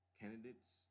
candidates